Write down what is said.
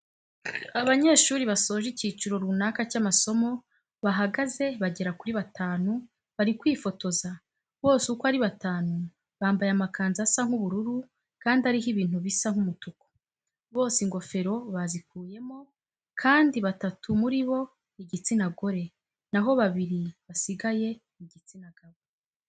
Abanyeshuri basoje icyiciro runaka cy'amasomo bahagaze bagera kuri batanu bari kwifotoza, bose uko ari batanu bambaye amakanzu asa nk'ubururu kandi ariho ibintu bisa nk'umutuku. Bose ingofero bazikuyemo kandi batatu muri bo ni igitsina gore, na ho babiri basigaye ni igitsina gabo.